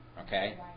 okay